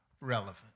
relevant